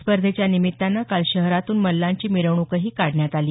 स्पर्धेच्या निमित्तानं काल शहरातून मल्लांची मिरवणूकही काढण्यात आली